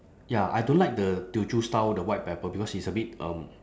ya I don't like the teochew style the white pepper because it's a bit um